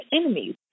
enemies